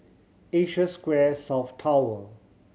Asia Square South Tower